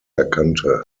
erkannte